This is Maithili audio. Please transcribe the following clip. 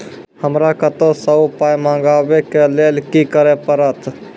हमरा कतौ सअ पाय मंगावै कऽ लेल की करे पड़त?